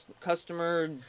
Customer